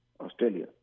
Australia